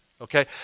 Okay